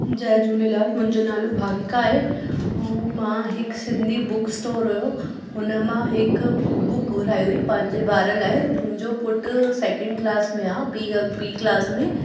जय झूलेलाल मुंहिंजो नालो भाविका आहे ऐं मां हिकु सिंधी बुक्स स्टोर हुयो हुन मां हिकु बुक घुराई हुई पंहिंजे ॿार लाइ मुंहिंजो पुटु सैकेंड क्लास में आहे ॿी अघु ॿी क्लास में